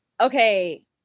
Okay